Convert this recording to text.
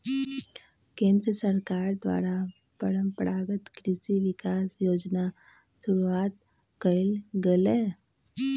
केंद्र सरकार द्वारा परंपरागत कृषि विकास योजना शुरूआत कइल गेलय